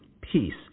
peace